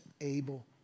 able